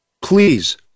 Please